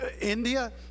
India